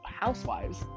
Housewives